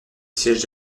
siège